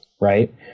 right